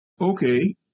Okay